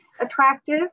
attractive